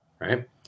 right